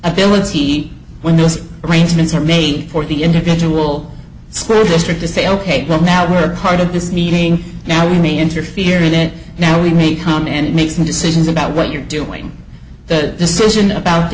ability when those arrangements are made for the individual school district to say ok well now we're part of this meeting now we may interfere in it now we may come and make some decisions about what you're doing the decision about the